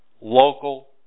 local